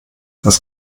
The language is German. das